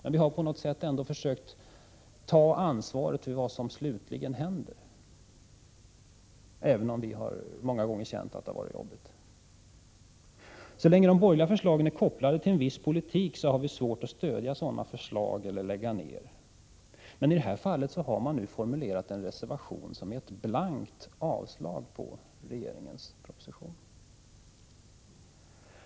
Men vi har på något sätt ändå försökt att ta ansvar för vad som slutligen händer, även om vi många gånger har känt att det har varit jobbigt. Så länge de borgerliga förslagen är kopplade till en viss politik har vi svårt att stödja sådana förslag eller lägga ned våra röster. Men i det här fallet har man formulerat en reservation som är ett blankt avslag på regeringens proposition.